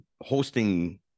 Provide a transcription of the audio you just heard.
hosting